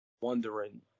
wondering